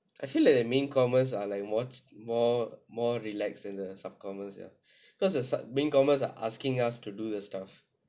I feel like the main commerce are like more more more relax and the sub commerce ya cause the sub the main commerce are asking us to do the stuff